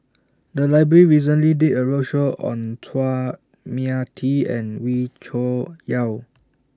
The Library recently did A roadshow on Chua Mia Tee and Wee Cho Yaw